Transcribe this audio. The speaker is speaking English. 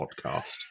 podcast